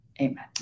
Amen